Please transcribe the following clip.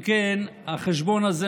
"מתוך ביטחון בצור